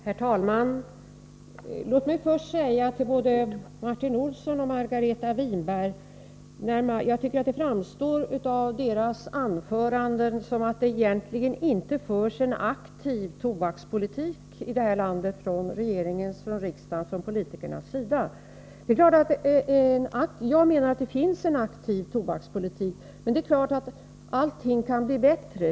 Herr talman! Låt mig säga till både Martin Olsson och Margareta Winberg att jag tycker att det av deras anföranden verkar som om det egentligen inte förs en aktiv tobakspolitik i vårt land av regeringen och riksdagen — från politikernas sida. Jag menar att det finns en aktiv tobakspolitik, men det är klart att allting kan bli bättre.